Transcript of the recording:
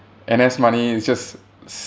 N_S money is just